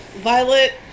Violet